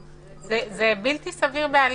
זה בלתי סביר בעליל.